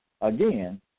Again